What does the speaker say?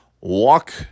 walk